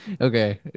Okay